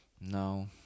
No